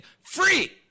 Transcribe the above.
free